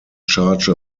charge